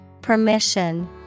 Permission